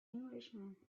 englishman